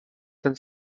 ten